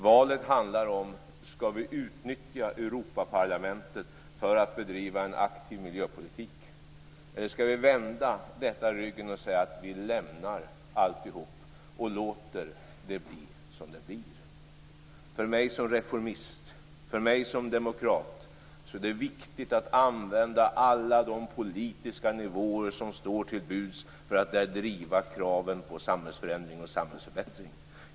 Valet handlar om vi skall utnyttja Europaparlamentet för att bedriva en aktiv miljöpolitik eller om vi skall vända detta ryggen och säga att vi lämnar alltihop och låter det bli som det blir. För mig som reformist, för mig som demokrat, är det viktigt att använda alla de politiska nivåer som står till buds för att där driva kraven på samhällsförändring och samhällsförbättring.